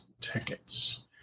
tickets